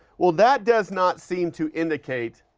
well that does not seem to indicate